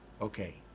Okay